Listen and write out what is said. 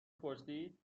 پرسید